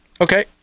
okay